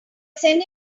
send